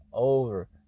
Over